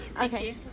Okay